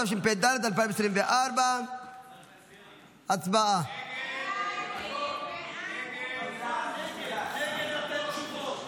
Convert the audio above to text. התשפ"ד 2024. ההצעה להעביר לוועדה את הצעת חוק הממשלה (תיקון,